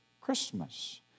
Christmas